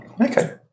Okay